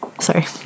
Sorry